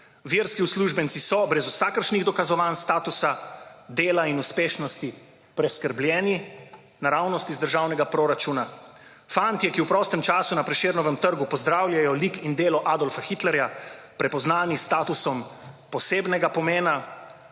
verski uslužbenci so brez vsakršnih dokazovanj statusa, dela in uspešnosti preskrbljeni naravnost iz državnega proračuna, fantje ki v prostem času na Prešernovem trgu pozdravljajo lik in delo Adolfa Hitlerja, prepoznani s statusom posebnega pomena,